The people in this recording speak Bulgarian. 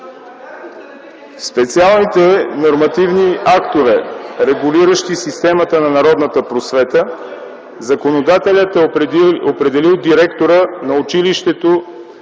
специалните нормативни актове, регулиращи системата на народната просвета, законодателят е определил директора на училището